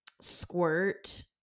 squirt